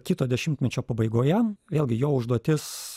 kito dešimtmečio pabaigoje vėlgi jo užduotis